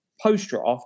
post-draft